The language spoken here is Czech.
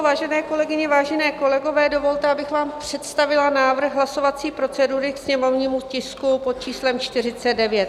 Vážené kolegyně, vážení kolegové, dovolte, abych vám představila návrh hlasovací procedury k sněmovnímu tisku pod číslem 49.